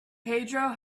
pedro